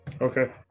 Okay